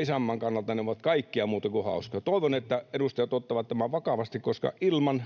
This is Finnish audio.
isänmaan kannalta ne ovat kaikkea muuta kuin hauskoja. Toivon, että edustajat ottavat tämän vakavasti, koska